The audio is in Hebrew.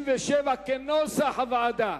קבוצת סיעת בל"ד,